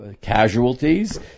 casualties